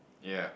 yea